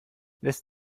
lässt